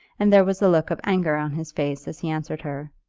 and there was a look of anger on his face as he answered her.